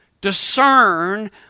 Discern